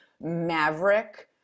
maverick